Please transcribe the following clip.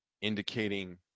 indicating